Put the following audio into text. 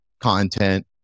content